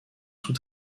sous